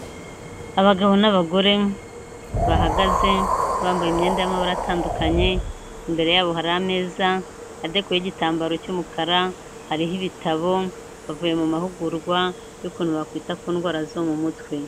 Abagabo n'abagore bahagaze bambaye imyenda y'amabara atandukanye, imbere yabo hari ameza adekoyeho igitambaro cy'umukara, hariho ibitabo, bavuye mu mahugurwa y'ukuntu bakwita ku ndwara zo mu mutwe.